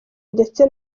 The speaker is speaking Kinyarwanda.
ndetse